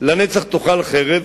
"לנצח תאכל חרב",